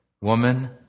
Woman